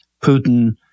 Putin